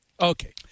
okay